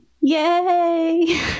Yay